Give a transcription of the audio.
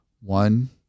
one